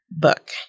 Book